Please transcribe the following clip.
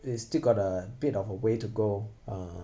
it still got a bit of a way to go uh